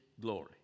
glory